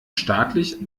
staatlich